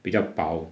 比较薄